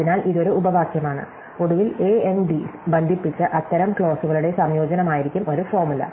അതിനാൽ ഇത് ഒരു ഉപവാക്യമാണ് ഒടുവിൽ AND ബന്ധിപ്പിച്ച അത്തരം ക്ലോസുകളുടെ സംയോജനമായിരിക്കും ഒരു ഫോർമുല